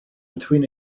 between